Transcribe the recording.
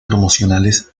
promocionales